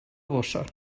borsa